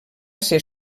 ser